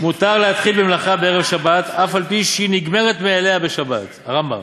"מותר להתחיל במלאכה בערב שבת אף-על-פי שהיא נגמרת מאליה בשבת" הרמב"ם,